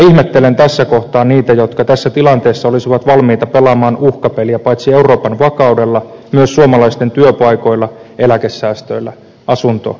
ihmettelen tässä kohtaa niitä jotka tässä tilanteessa olisivat valmiita pelaamaan uhkapeliä paitsi euroopan vakaudella myös suomalaisten työpaikoilla eläkesäästöillä asuntolainoilla